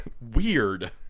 weird